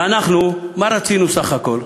ואנחנו, מה רצינו סך הכול?